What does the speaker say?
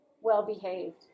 well-behaved